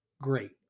great